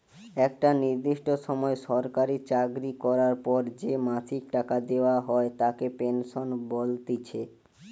একটা নির্দিষ্ট সময় সরকারি চাকরি করার পর যে মাসিক টাকা দেওয়া হয় তাকে পেনশন বলতিছে